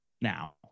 now